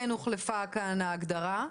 אני מבינה שכן הוחלפה כאן ההגדרה.